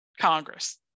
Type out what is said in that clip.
Congress